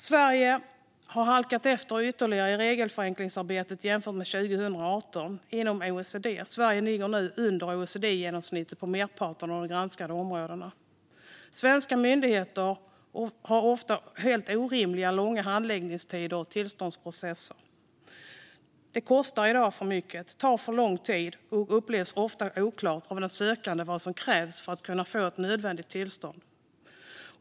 Sverige har halkat efter ytterligare i regelförenklingsarbetet jämfört med 2018 inom OECD. Sverige ligger nu under OECD-genomsnittet på merparten av de granskade områdena. Svenska myndigheter har ofta helt orimligt långa handläggningstider och tillståndsprocesser. Det kostar i dag för mycket och tar för lång tid, och det upplevs ofta som oklart av den sökande vad som krävs för att få ett nödvändigt tillstånd.